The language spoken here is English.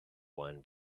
wine